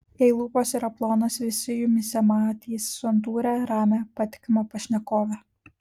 jei lūpos yra plonos visi jumyse matys santūrią ramią patikimą pašnekovę